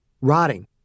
rotting